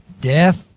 Death